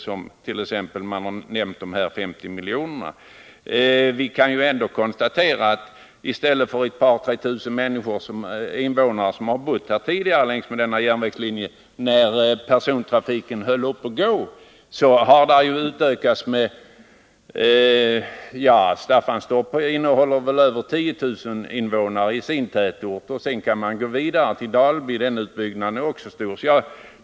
Man kan konstatera att det tidigare, när persontrafiken var i gång, endast bodde ett par tre tusen invånare längs med den här järnvägslinjen. Befolkningen har nu ökat. Staffanstorp har väl över 10 000 invånare i sin tätort, och sedan kan man gå vidare till Dalby — utbyggnaden där är också stor.